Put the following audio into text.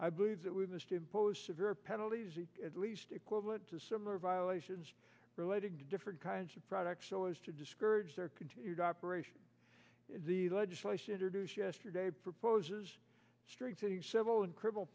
i believe that we must impose severe penalties at least equivalent to similar violations relating to different kinds of products so as to discourage their continued operation the legislation introduced yesterday proposes strengthening civil and criminal